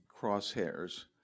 crosshairs